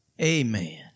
Amen